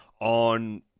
on